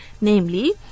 Namely